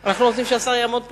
אנחנו לא רוצים שהשר יעמוד פה.